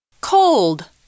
Cold